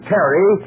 Terry